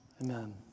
Amen